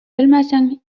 белмәсәң